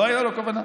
לא הייתה לו כוונה.